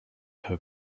have